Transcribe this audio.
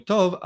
Tov